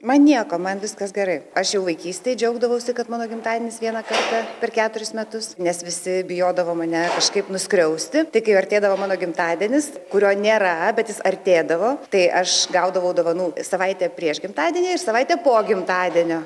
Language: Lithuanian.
man nieko man viskas gerai aš jau vaikystėj džiaugdavausi kad mano gimtadienis vieną kartą per keturis metus nes visi bijodavo mane kažkaip nuskriausti tai kai jau artėdavo mano gimtadienis kurio nėra bet jis artėdavo tai aš gaudavau dovanų savaitę prieš gimtadienį ir savaitę po gimtadienio